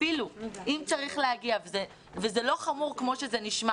אפילו אם צריך להגיע וזה לא חמור כמו שזה נשמע